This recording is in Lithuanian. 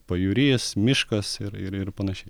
pajūris miškas ir ir ir panašiai